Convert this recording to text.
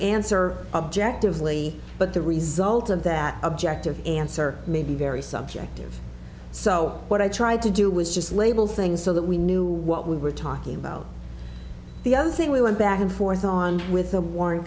answer objectively but the result of that objective answer may be very subjective so what i tried to do was just label things so that we knew what we were talking about the other thing we went back and forth on with the warren